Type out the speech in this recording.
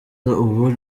ubu